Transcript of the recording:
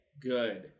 good